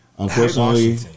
Unfortunately